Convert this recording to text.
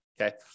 okay